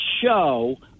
show